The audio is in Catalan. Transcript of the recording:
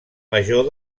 major